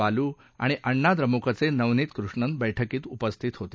बालू आणि अण्णा द्रमुकचे नवनित कृष्णन बैठकीत उपस्थित होते